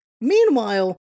Meanwhile